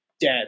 dead